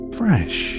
fresh